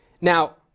Now